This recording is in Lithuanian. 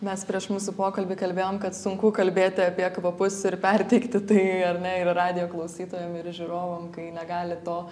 mes prieš mūsų pokalbį kalbėjom kad sunku kalbėti apie kvapus ir perteikti tai ar ne ir radijo klausytojam ir žiūrovam kai negali to